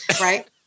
right